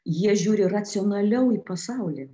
jie žiūri racionaliau į pasaulį